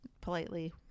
politely